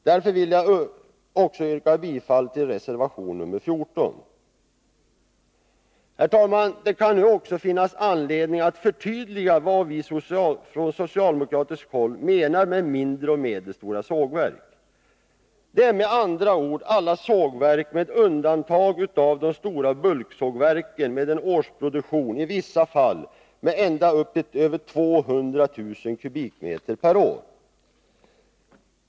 Därför vill jag också yrka bifall till reservation nr 14. Herr talman! Det kan finnas anledning att förtydliga vad vi från socialdemokratiskt håll menar med mindre och medelstora sågverk. Det är med andra ord alla sågverk med undantag av de stora bulksågverken med en årsproduktion i vissa fall av ända upp till över 200 000 kubikmeter per år.